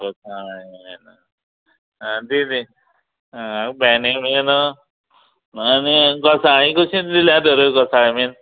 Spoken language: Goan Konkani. गोसाळी न्हू आंं आ बेणी बी न्हू आनी गोसाळी कशी दिल्या तर गोसाळी बीन